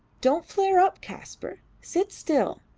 don't flare up, kaspar. sit still.